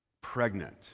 Pregnant